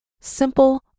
Simple